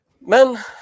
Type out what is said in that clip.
Men